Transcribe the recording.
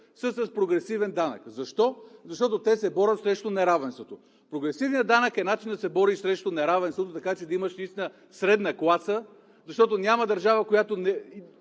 са с прогресивен данък. Защо? Защото те се борят срещу неравенството. Прогресивният данък е начин да се бориш срещу неравенството, за да имаш наистина средна класа, защото няма държава, която да